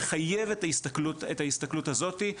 מחייב את ההסתכלות הזאתי,